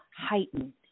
heightened